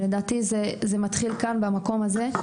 לדעתי זה מתחיל כאן במקום הזה.